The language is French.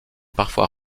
parfois